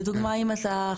לדוגמה אם אתה,